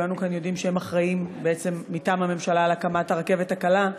וכולנו כאן יודעים שהם אחראים מטעם הממשלה להקמת הרכבת הקלה,